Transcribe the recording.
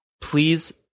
Please